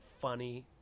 funny